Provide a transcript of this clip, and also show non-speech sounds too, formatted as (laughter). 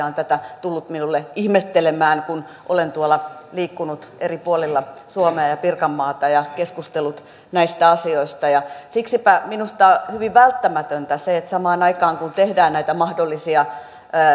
(unintelligible) on tätä tullut minulle ihmettelemään kun olen liikkunut eri puolilla suomea ja ja pirkanmaata ja keskustellut näistä asioista siksipä minusta on hyvin välttämätöntä se että kun tehdään näitä mahdollisia